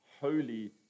holy